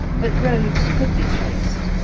but roads could be traced,